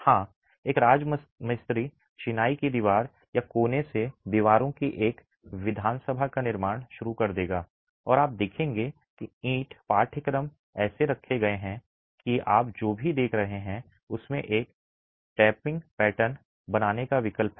हां एक राजमिस्त्री चिनाई की दीवार या कोने से दीवारों की एक विधानसभा का निर्माण शुरू कर देगा और आप देखेंगे कि ईंट पाठ्यक्रम ऐसे रखे गए हैं कि आप जो भी देख रहे हैं उसमें एक टौपिंग पैटर्न बनाने का विकल्प है